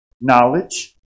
knowledge